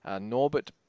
Norbert